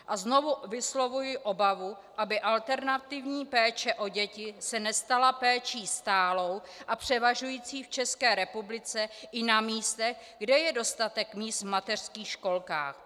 A znovu vyslovuji obavu, aby alternativní péče o děti se nestala péčí stálou a převažující v České republice i na místech, kde je dostatek míst v mateřských školkách.